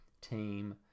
team